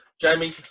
Jamie